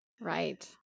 Right